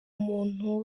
umuntu